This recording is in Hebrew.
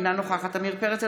אינה נוכחת עמיר פרץ,